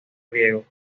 griegos